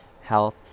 health